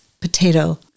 potato